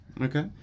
Okay